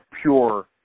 pure